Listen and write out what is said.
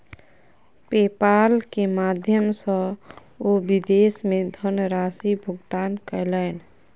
PayPal के माध्यम सॅ ओ विदेश मे धनराशि भुगतान कयलैन